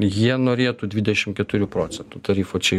jie norėtų dvidešim keturių procentų tarifo čia